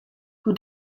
who